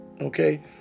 Okay